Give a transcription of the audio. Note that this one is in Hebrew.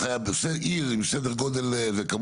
עיר עם סדר גודל כזה וכזה,